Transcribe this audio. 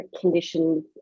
conditions